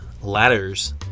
ladders